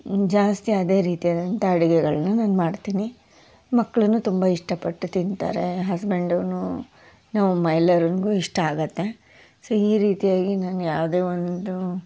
ಜಾಸ್ತಿ ಅದೇ ರೀತಿಯಾದಂಥ ಅಡುಗೆಗಳ್ನ ನಾನು ಮಾಡ್ತೀನಿ ಮಕ್ಳು ತುಂಬ ಇಷ್ಟಪಟ್ಟು ತಿಂತಾರೆ ಹಸ್ಬೆಂಡು ನಮ್ಮ ಅಮ್ಮ ಎಲ್ಲರಿಗು ಇಷ್ಟ ಆಗುತ್ತೆ ಸೊ ಈ ರೀತಿಯಾಗಿ ನಾನು ಯಾವುದೇ ಒಂದು